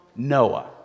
noah